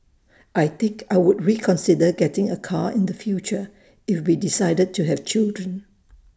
I think I would reconsider getting A car in the future if we decided to have children